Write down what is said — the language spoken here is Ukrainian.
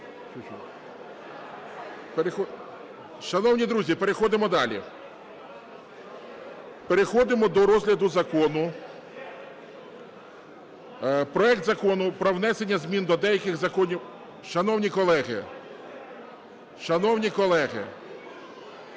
Шановні друзі, переходимо далі, переходимо до розгляду закону. Проект Закону про внесення змін до деяких законів… Шановні колеги, шановні колеги!